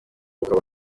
ukaba